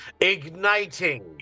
igniting